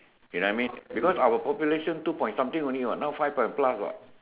you know I mean because our population two point something only what now five point plus what